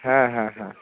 হ্যাঁ হ্যাঁ হ্যাঁ